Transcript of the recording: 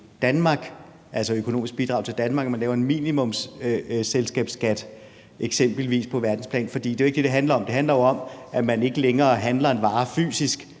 deres økonomiske bidrag til Danmark, at man laver en minimumsselskabsskat, eksempelvis på verdensplan? For det er jo ikke det, det handler om. Det handler jo om, at man ikke længere handler en vare fysisk,